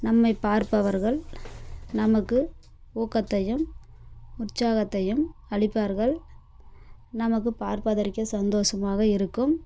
நம்மை பார்ப்பவர்கள் நமக்கு ஊக்கத்தையும் உற்சாகத்தையும் அளிப்பார்கள் நமக்கு பார்ப்பதற்கே சந்தோசமாக இருக்கும்